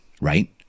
right